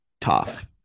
tough